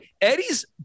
Eddie's